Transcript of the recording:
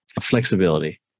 flexibility